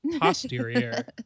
posterior